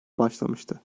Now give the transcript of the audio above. başlamıştı